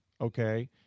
okay